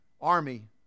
army